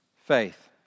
faith